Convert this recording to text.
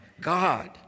God